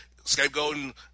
scapegoating